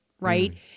right